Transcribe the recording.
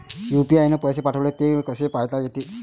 UPI न पैसे पाठवले, ते कसे पायता येते?